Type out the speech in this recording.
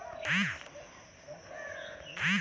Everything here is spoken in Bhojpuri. मौसम के जानकारी कईसे लेवे के चाही?